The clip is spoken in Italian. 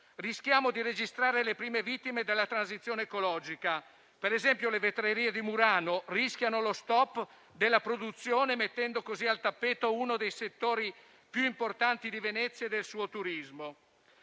Rischiamo di registrare le prime vittime della transizione ecologica: ad esempio, le vetrerie di Murano rischiano lo *stop* della produzione, mettendo così al tappeto uno dei settori più importanti di Venezia e del suo turismo